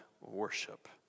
worship